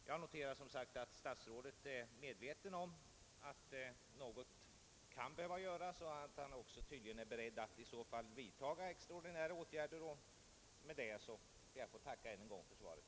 Jag noterar som sagt att statsrådet är medveten om att något kan behöva göras och att han tydligen också är beredd att vidtaga extraordinära åtgärder. Jag tackar, herr talman, än en gång för svaret.